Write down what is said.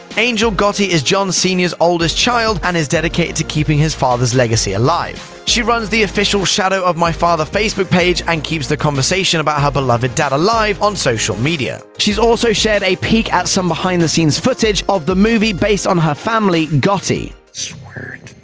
angel gotti is john sr s oldest child and is dedicated to keeping her father's legacy alive. she runs the official shadow of my father facebook page and keeps the conversation about her beloved dad alive on social media. she's also shared a peek at some behind-the-scenes footage of the movie based on her family, gotti. swear it.